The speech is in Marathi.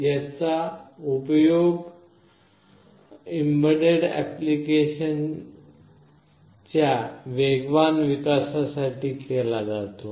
याचा उपयोग एम्बेडेड अप्लिकेशन्सच्या वेगवान विकासासाठी केला जातो